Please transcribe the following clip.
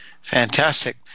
Fantastic